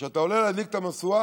כשאתה עולה להדליק את המשואה,